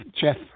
Jeff